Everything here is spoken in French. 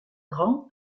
grands